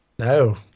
No